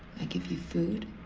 i give you food,